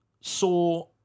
saw